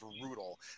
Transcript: brutal